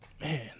Man